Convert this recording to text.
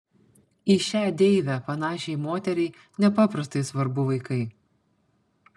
į šią deivę panašiai moteriai nepaprastai svarbu vaikai